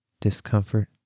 discomfort